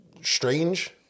strange